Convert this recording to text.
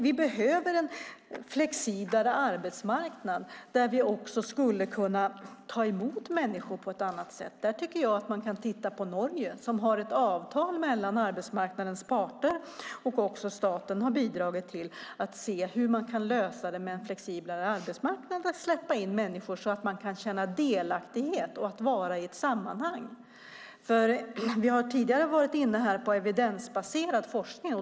Vi behöver en flexiblare arbetsmarknad där vi skulle kunna ta emot människor på ett annat sätt. Där kan man titta på Norge där man har ett avtal mellan arbetsmarknadens parter. Också staten har bidragit till att se hur man kan lösa det med en flexiblare arbetsmarknad. Det handlar om att släppa in människor så att de kan känna delaktighet och vara i ett sammanhang. Vi har tidigare varit inne på evidensbaserad forskning.